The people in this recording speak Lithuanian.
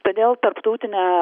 todėl tarptautinė